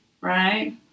right